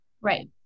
Right